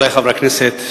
רבותי חברי הכנסת,